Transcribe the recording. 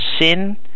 sin